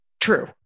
True